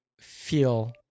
feel